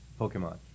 Pokemon